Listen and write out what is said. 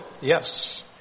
Yes